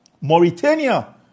Mauritania